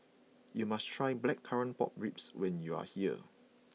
you must try Blackcurrant Pork Ribs when you are here